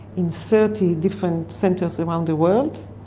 in thirty different centres around the world.